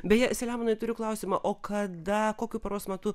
beje selemonai turiu klausimą o kada kokiu paros metu